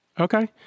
Okay